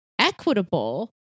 Equitable